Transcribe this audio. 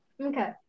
Okay